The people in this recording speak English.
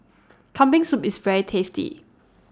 Kambing Soup IS very tasty